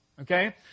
Okay